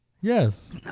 yes